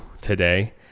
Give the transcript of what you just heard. today